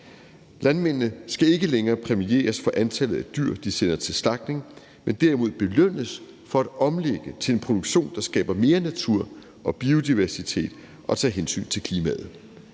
Landmændene skal ikke længere præmieres for antallet af dyr, de sender til slagtning, men derimod belønnes for at omlægge til en produktion, der skaber mere natur og biodiversitet og tager hensyn til klimaet.